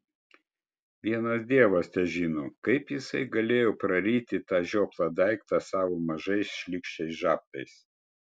vienas dievas težino kaip jis galėjo praryti tą žioplą daiktą savo mažais šlykščiais žabtais